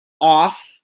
off